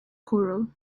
corral